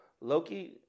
Loki